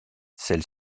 celle